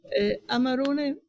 Amarone